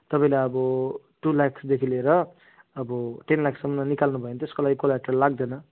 तपाईँले अब टु लाक्सदेखि लिएर अब टेन लाखसम्म निकाल्नुभयो भने त्यसको लागि कोलाट्रेल लाग्दैन